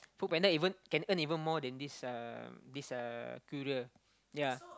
FoodPanda even can earn even more than this uh this uh courier ya